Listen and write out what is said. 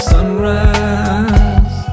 Sunrise